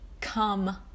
come